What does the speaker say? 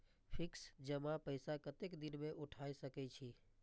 Fix जमा पैसा कतेक दिन में उठाई सके छी?